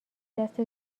دست